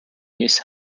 his